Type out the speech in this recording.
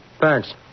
Thanks